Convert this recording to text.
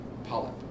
Polyp